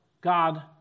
God